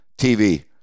TV